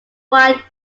white